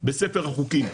בספר החוקים,